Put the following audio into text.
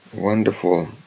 wonderful